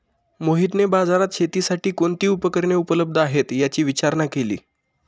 मोहितने बाजारात शेतीसाठी कोणती उपकरणे उपलब्ध आहेत, याची विचारणा केली